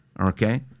okay